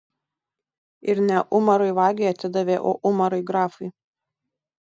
ir ne umarui vagiui atidavė o umarui grafui